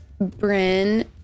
Bryn